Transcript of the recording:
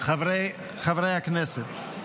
חברי הכנסת,